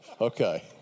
Okay